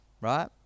Right